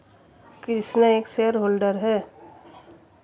कृष्णा एक shareholder है